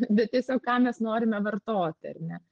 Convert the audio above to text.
bet tiesiog ką mes norime vartoti ar ne